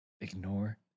ignore